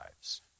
lives